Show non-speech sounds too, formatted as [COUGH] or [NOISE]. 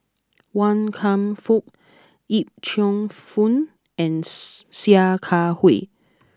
Wan Kam Fook Yip Cheong Fun and [NOISE] Sia Kah Hui